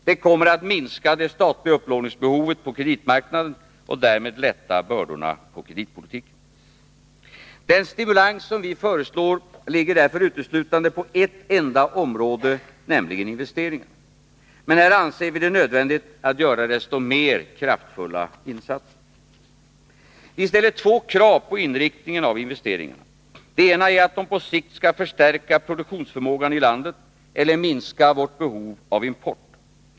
Det kommer att minska det statliga upplåningsbehovet på kreditmarknaden och därmed lätta bördorna på kreditpolitiken. Den stimulans som vi föreslår ligger därför uteslutande på ett enda område, nämligen investeringarna. Men här anser vi det nödvändigt att göra desto mer kraftfulla insatser. Vi ställer två krav på inriktningen av dessa investeringar. Det ena är att de på sikt skall förstärka produktionsförmågan i landet eller minska vårt behov avimport.